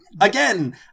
Again